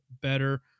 better